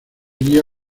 guía